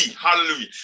Hallelujah